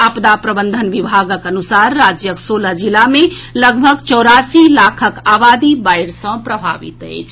आपदा प्रबंधन विभागक अनुसार राज्यक सोलह जिला मे लगभग चौरासी लाखक आबादी बाढ़ि सँ प्रभावित अछि